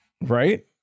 Right